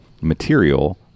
material